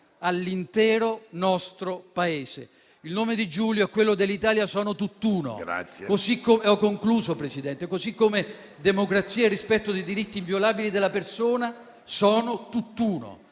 all'intero nostro Paese. Il nome di Giulio e quello dell'Italia sono tutt'uno, così come democrazia e rispetto dei diritti inviolabili della persona sono tutt'uno.